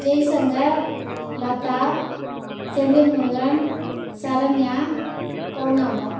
Jaishankar Latha Senthilmurugan Saranya Pavunambal